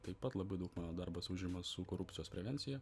taip pat labai daug mano darbas užima su korupcijos prevencija